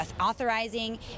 authorizing